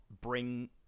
bring